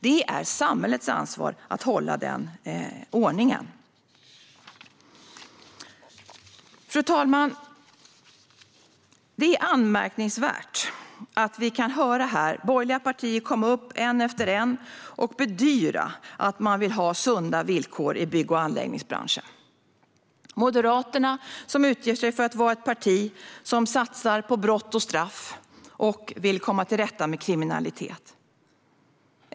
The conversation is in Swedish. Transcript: Det är samhällets ansvar att hålla den ordningen. Fru talman! Det är anmärkningsvärt att vi här kan höra representanter för borgerliga partier en efter en komma upp och bedyra att de vill ha sunda villkor i bygg och anläggningsbranschen. Moderaterna utger sig för att vara ett parti som satsar på området brott och straff och vill komma till rätta med kriminalitet.